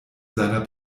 seiner